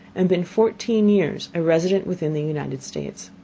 and been fourteen years a resident within the united states.